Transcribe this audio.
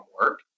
work